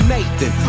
Nathan